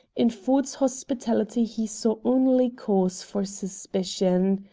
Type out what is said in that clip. in ford's hospitality he saw only cause for suspicion.